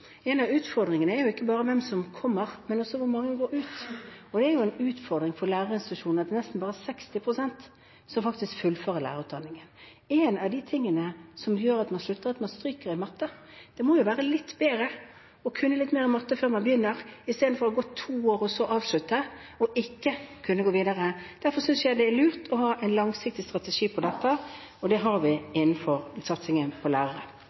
av mitt første svar: Utfordringen er ikke bare hvem som kommer, men også hvor mange som går ut. Det er en utfordring for lærerutdanningsinstitusjonene at det er nesten bare 60 pst. som fullfører lærerutdanningen. En av grunnene til at man slutter, er at man stryker i matte. Det må jo være litt bedre å kunne litt mer matte før man begynner, i stedet for å gå to år og så avslutte og ikke kunne gå videre. Derfor synes jeg det er lurt å ha en langsiktig strategi for dette, og det har vi innenfor satsingen på